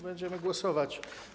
Będziemy głosować.